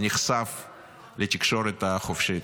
לתקשורת החופשית.